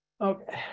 Okay